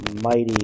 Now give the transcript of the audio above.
mighty